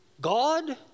God